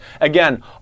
Again